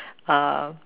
uh